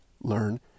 learn